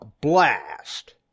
blast